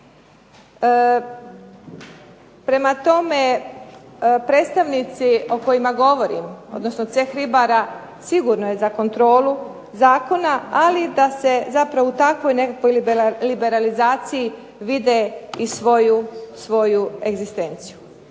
Prema tome, predstavnici o kojima govorim, odnosno ceh ribara sigurno je za kontrolu zakona, ali da se zapravo u takvoj nekakvoj liberalizaciji vide i svoju egzistenciju.